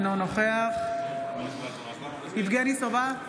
אינו נוכח יבגני סובה,